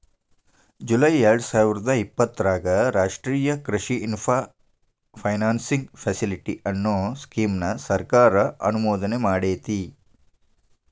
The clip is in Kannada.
ಜುಲೈ ಎರ್ಡಸಾವಿರದ ಇಪ್ಪತರಾಗ ರಾಷ್ಟ್ರೇಯ ಕೃಷಿ ಇನ್ಫ್ರಾ ಫೈನಾನ್ಸಿಂಗ್ ಫೆಸಿಲಿಟಿ, ಅನ್ನೋ ಸ್ಕೇಮ್ ನ ಸರ್ಕಾರ ಅನುಮೋದನೆಮಾಡೇತಿ